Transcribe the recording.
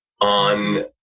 on